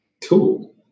tool